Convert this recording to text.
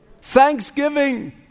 Thanksgiving